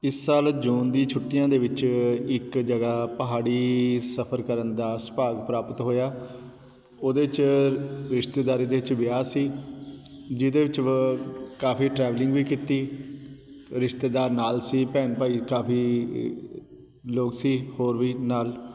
ਇਸ ਸਾਲ ਜੂਨ ਦੀ ਛੁੱਟੀਆਂ ਦੇ ਵਿੱਚ ਇੱਕ ਜਗ੍ਹਾ ਪਹਾੜੀ ਸਫ਼ਰ ਕਰਨ ਦਾ ਸੁਭਾਗ ਪ੍ਰਾਪਤ ਹੋਇਆ ਉਹਦੇ 'ਚ ਰਿਸ਼ਤੇਦਾਰੀ ਦੇ ਵਿੱਚ ਵਿਆਹ ਸੀ ਜਿਹਦੇ ਵਿੱਚ ਕਾਫ਼ੀ ਟਰੈਵਲਿੰਗ ਵੀ ਕੀਤੀ ਰਿਸ਼ਤੇਦਾਰ ਨਾਲ਼ ਸੀ ਭੈਣ ਭਾਈ ਕਾਫ਼ੀ ਲੋਕ ਸੀ ਹੋਰ ਵੀ ਨਾਲ਼